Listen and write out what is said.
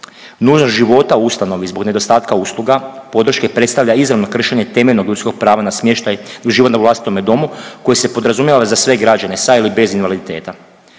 Nužnost života u ustanovi zbog nedostatka usluga podrške predstavlja izravno kršenje temeljnog ljudskog prava na smještaj i život u vlastitome domu koji se podrazumijeva za sve građane, sa ili bez invaliditeta.